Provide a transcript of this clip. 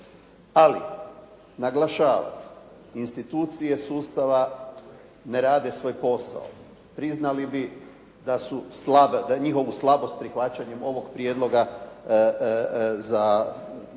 Ali, naglašavam, institucije sustava ne rade svoj posao, priznali bi da su slabe, da njihovu slabost prihvaćanjem ovog Prijedloga za